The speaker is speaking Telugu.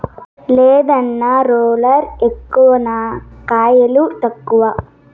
లేదన్నా, రోలర్ ఎక్కువ నా కయిలు తక్కువ